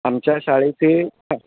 आमच्या शाळेचे हां